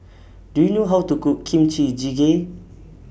Do YOU know How to Cook Kimchi Jjigae